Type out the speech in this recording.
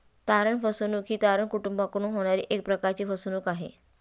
तारण फसवणूक ही तारण कुटूंबाकडून होणारी एक प्रकारची फसवणूक आहे